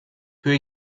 peut